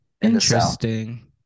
Interesting